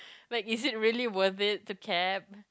like is it really worthy it the cab